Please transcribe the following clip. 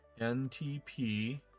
NTP